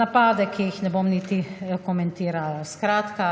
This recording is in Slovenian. napade, ki jih ne bom niti komentirala. Skratka,